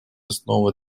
основы